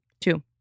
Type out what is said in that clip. two